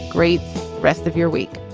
great rest of your week